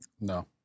No